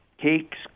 cakes